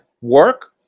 work